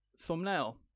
thumbnail